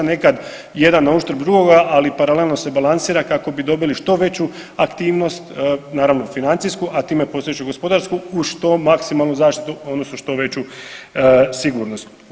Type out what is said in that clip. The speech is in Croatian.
Nekad jedan na uštrb drugoga, ali paralelno se balansira kako bi dobili što veću aktivnost naravno financijsku, a time postojeću gospodarsku u što maksimalnu zaštitu odnosno što veću sigurnost.